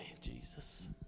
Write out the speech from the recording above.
Jesus